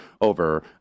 over